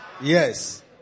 Yes